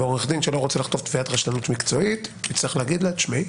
ועורך דין שלא רוצה לחטוף תביעת רשלנות מקצועית יגיד לה: תשמעי,